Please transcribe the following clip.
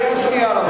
קריאה שנייה,